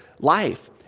life